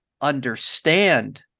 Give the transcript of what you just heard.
understand